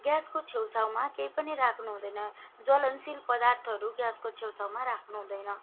ग्यासको छेउछाउमा केही पनि राख्नु हँदैन ज्वलनशील पदार्थहरू ग्यासको छेउछाउमा राख्नु हुँदैन